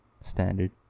standard